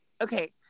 okay